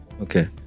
okay